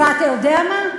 ואתה יודע מה?